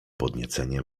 podniecenie